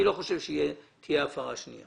אני לא חושב שתהיה הפרה שנייה.